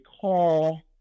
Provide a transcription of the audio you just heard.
call